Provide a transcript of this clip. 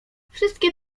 wszystkie